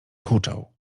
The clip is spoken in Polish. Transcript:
huczał